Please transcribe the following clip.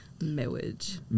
Marriage